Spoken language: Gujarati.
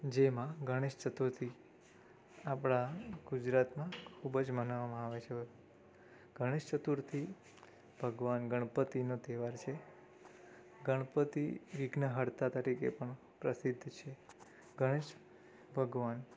જેમાં ગણેશ ચતુર્થી આપણાં ગુજરાતમાં ખૂબજ મનાવવામાં આવે છે ગણેશ ચતુર્થી ભગવાન ગણપતિનો તહેવાર છે ગણપતિ વિઘ્નહર્તા તરીકે પણ પ્રસિદ્ધ છે ગણેશ ભગવાન